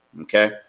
okay